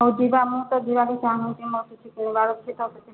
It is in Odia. ହେଉ ଯିବା ମୁଁ ତ ଯିବାକୁ ଚାଁହୁଛି ମୋର୍ କିଛି କିଣିବାର୍ ଅଛି ତ ସେଥିପାଇଁ